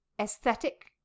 aesthetic